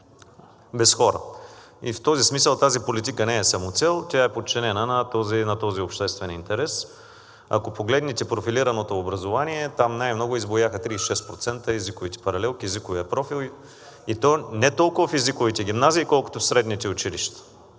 без хора. И в този смисъл тази политика не е самоцел, тя е подчинена на този обществен интерес. Ако погледнете профилираното образование, там най-много избуяха – 36%, езиковите паралелки, езиковият профил, и то не толкова в езиковите гимназии, колкото в средните училища.